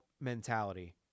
mentality